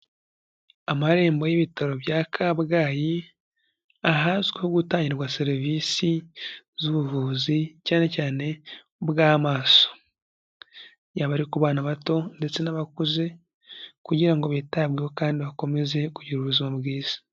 Amarembo y'ibitaro bya Kabgayi ahazwiho gutangirwa serivisi z'ubuvuzi cyane cyane bw'amaso, yaba ari ku bana bato ndetse n'abakuze kugira ngo bitabweho kandi bakomeze kugira ubuzima bwiza.